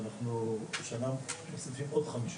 עכשיו הוצאנו הקצאה ענקית לאחרונה.